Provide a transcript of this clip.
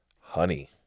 honey